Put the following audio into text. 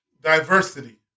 diversity